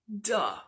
Duh